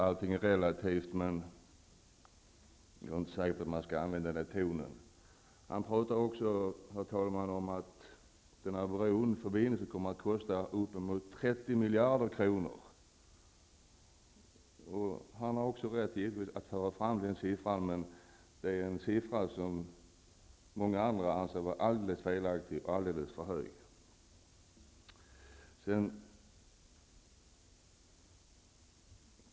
Allting är relativt, men jag är inte säker på att man skall använda den tonen. Han talar också om att broförbindelsen kommer att kosta upp till 30 miljarder kronor. Han har givetvis rätt att föra fram den siffran, men det är en siffra som många andra anser vara alldeles för hög.